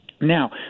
Now